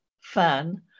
fan